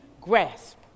grasp